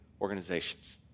organizations